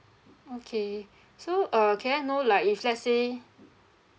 okay so uh can I know like if let's say